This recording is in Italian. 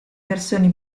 versioni